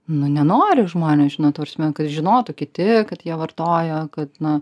nu nenori žmonės žinot ta prasme kad žinotų kiti kad jie vartoja kad na